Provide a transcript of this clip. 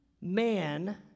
man